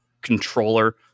controller